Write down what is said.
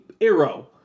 arrow